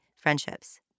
friendships